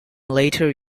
later